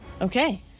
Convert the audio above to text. Okay